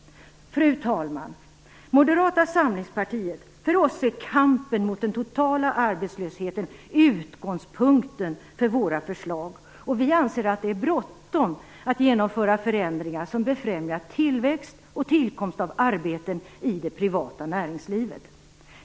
Fru talman! För Moderata samlingspartiet är kampen mot den totala arbetslösheten utgångspunkten för våra förslag, och vi anser att det är bråttom att genomföra förändringar som befrämjar tillväxt och tillkomst av arbeten i det privata näringslivet.